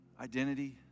identity